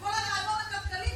וכל הרעיון הכלכלי,